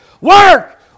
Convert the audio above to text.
Work